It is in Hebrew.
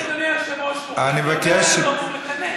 אדוני היושב-ראש, הוא מקנא.